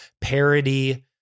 parody